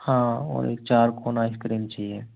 हाँ और एक चारकोन आइसक्रीम चाहिए